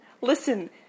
Listen